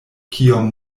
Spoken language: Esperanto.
kiom